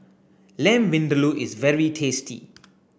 Lamb Vindaloo is very tasty